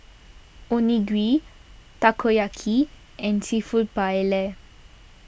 Onigiri Takoyaki and Seafood Paella